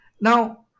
now